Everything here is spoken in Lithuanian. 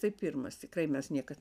tai pirmas tikrai mes niekad